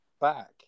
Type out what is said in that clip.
back